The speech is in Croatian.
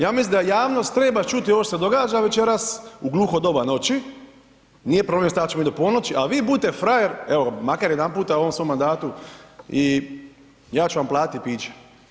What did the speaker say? Ja mislim da javnost treba čuti ovo što se događa večeras, u gluho doba noći, nije problem, stajat ćemo i do ponoći a vi budite frajer, evo makar jedanputa u ovom svom mandatu i ja ću vam platiti piće.